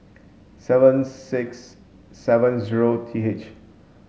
seven six seven zero T H